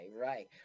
right